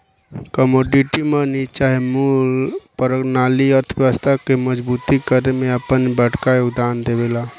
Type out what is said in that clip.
commodity money चाहे मूल परनाली अर्थव्यवस्था के मजबूत करे में आपन बड़का योगदान देवेला